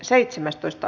asia